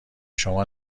شما